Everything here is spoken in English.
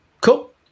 Cool